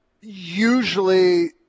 usually